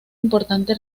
importante